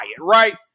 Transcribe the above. right